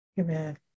Amen